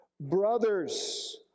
Brothers